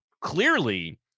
clearly